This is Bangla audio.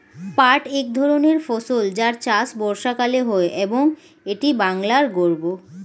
পাট এক ধরনের ফসল যার চাষ বর্ষাকালে হয় এবং এটি বাংলার গর্ব